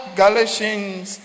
galatians